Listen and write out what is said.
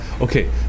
okay